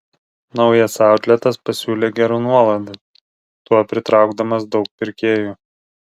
naujas autletas pasiūlė gerų nuolaidų tuo pritraukdamas daug pirkėjų